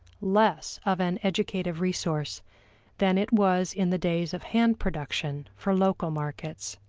less of an educative resource than it was in the days of hand production for local markets.